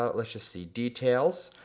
ah let's just see, details.